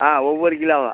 ஆ ஒவ்வொரு கிலோவாக